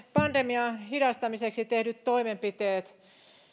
pandemian hidastamiseksi tehdyt toimenpiteet